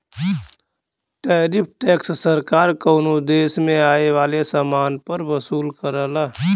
tariff tax सरकार कउनो देश में आये वाले समान पर वसूल करला